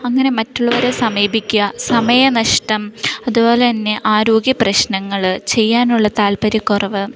അങ്ങനെ മറ്റുള്ളവരെ സമീപിക്കുക സമയം നഷ്ടം അതുപോലെ തന്നെ ആരോഗ്യപ്രശ്നങ്ങൾ ചെയ്യാനുള്ള താൽപ്പര്യക്കുറവ്